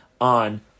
on